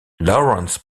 lawrence